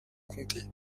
comté